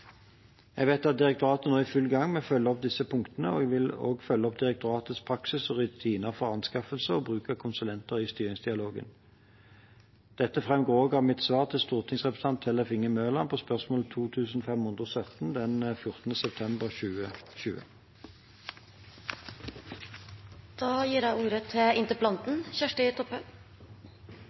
Jeg vet at direktoratet nå er i full gang med å følge opp disse punktene. Jeg vil også følge opp direktoratets praksis og rutiner for anskaffelse og bruk av konsulenter i styringsdialogen. Dette framgår også av mitt svar til stortingsrepresentant Tellef Inge Mørland på spørsmål 2517 den 14. september 2020. Det er jo noko med at ein må ha tillit til